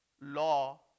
law